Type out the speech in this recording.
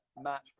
match